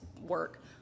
work